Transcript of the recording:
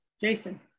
Jason